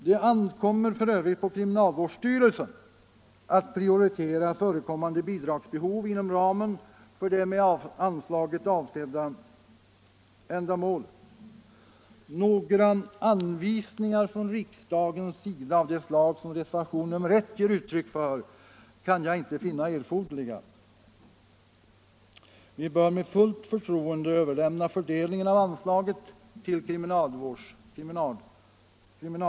Det ankommer f. ö. på kriminalvårdsstyrelsen att prioritera förekommande bidragsbehov inom ramen för det med anslaget avsedda ändamålet. Några anvisningar från riksdagens sida av det slag som föreslås i reservationen nr 1 kan jag inte finna erforderliga. Vi bör med fullt förtroende överlåta fördelningen av anslaget åt kriminalvårdsstyrelsen.